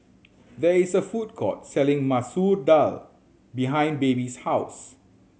there is a food court selling Masoor Dal behind Baby's house